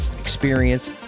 experience